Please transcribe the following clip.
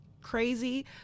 crazy